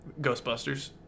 Ghostbusters